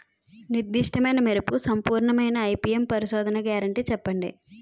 నిర్దిష్ట మెరుపు సంపూర్ణమైన ఐ.పీ.ఎం పరిశోధన గ్యారంటీ చెప్పండి?